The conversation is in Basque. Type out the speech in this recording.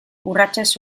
urratsez